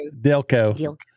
delco